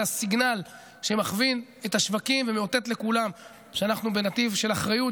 זה הסיגנל שמכווין את השווקים ומאותת לכולם שאנחנו בנתיב של אחריות,